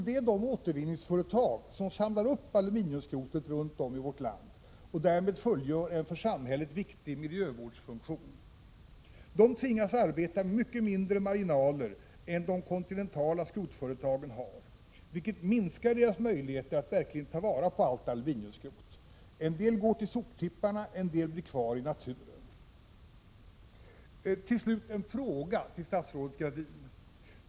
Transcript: Det är de återvinningsföretag som samlar upp aliminiumskrotet runt om i vårt land och därmed fullgör en för samhället viktig miljövårdsfunktion! De tvingas arbeta med mycket mindre marginaler än de kontinentala skrotföretagen, vilket minskar deras möjligheter att verkligen ta vara på allt aluminiumskrot — en del går till soptipparna, en del blir kvar i naturen. Till slut en fråga till statsrådet Gradin!